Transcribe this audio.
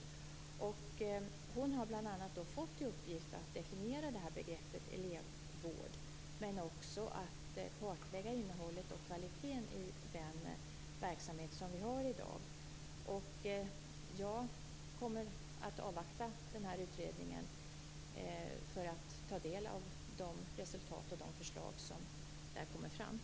Hon har bl.a. fått i uppgift att definiera begreppet elevvård men också att kartlägga innehållet och kvaliteten i den verksamhet som vi har i dag. Jag kommer att avvakta den här utredningen för att ta del av de resultat och de förslag som kommer fram där.